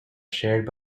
shared